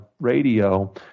radio